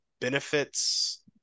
benefits